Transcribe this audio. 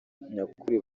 nyakuri